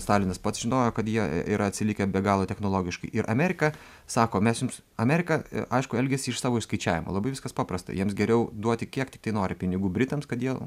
stalinas pats žinojo kad jie yra atsilikę be galo technologiškai ir amerika sako mes jums amerika aišku elgiasi iš savo išskaičiavimo labai viskas paprasta jiems geriau duoti kiek tiktai nori pinigų britams kad jie